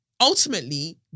Ultimately